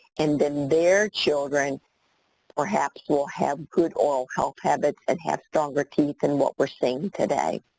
and then their children perhaps will have good oral health habits and have stronger teeth than what we're seeing today.